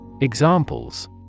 Examples